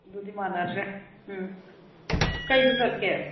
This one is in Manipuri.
ꯑꯗꯨꯗꯤ ꯃꯥꯟꯅꯗ꯭ꯔꯦ ꯎꯝ ꯀꯩꯗ ꯆꯠꯀꯦ